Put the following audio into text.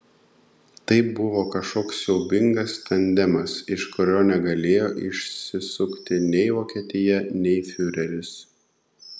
tai buvo kažkoks siaubingas tandemas iš kurio negalėjo išsisukti nei vokietija nei fiureris